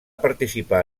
participar